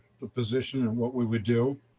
the position and what we would do.